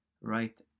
right